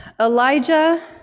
Elijah